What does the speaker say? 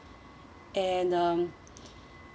and um